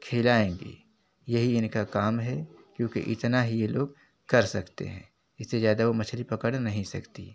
खिलाएँगे यही इनका काम है क्योंकि इतना ही यह लोग कर सकते है इससे ज़्यादा वे मछ्ली पकड़ नहीं सकती हैं